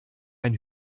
ein